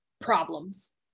problems